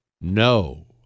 no